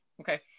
Okay